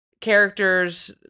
characters